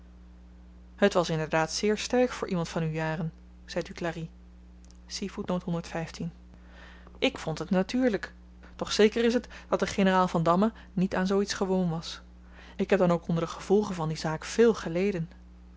het was inderdaad zeer sterk voor iemand van uw jaren zei duclari ik vond het natuurlyk doch zeker is t dat de generaal vandamme niet aan zoo iets gewoon was ik heb dan ook onder de gevolgen van die zaak veel geleden